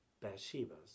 Bathsheba's